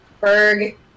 Berg